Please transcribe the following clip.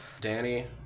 Danny